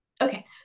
Okay